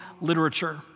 literature